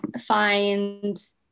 find